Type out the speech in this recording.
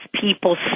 people